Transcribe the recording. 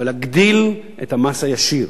ולהגדיל את המס הישיר.